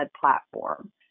platform